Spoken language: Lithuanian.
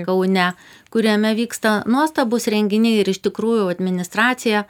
kaune kuriame vyksta nuostabūs renginiai ir iš tikrųjų administracija